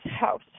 house